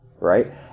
right